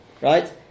right